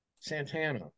Santana